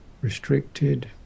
Restricted